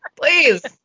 Please